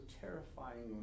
terrifyingly